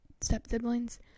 step-siblings